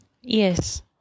Yes